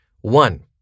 One